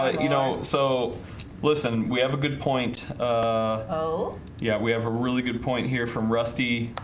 you know so listen we have a good point oh yeah, we have a really good point here from rusty.